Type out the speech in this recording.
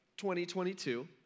2022